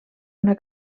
una